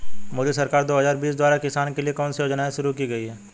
मोदी सरकार दो हज़ार बीस द्वारा किसानों के लिए कौन सी योजनाएं शुरू की गई हैं?